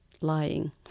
lying